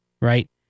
right